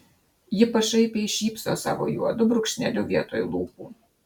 ji pašaipiai šypso savo juodu brūkšneliu vietoj lūpų